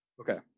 okay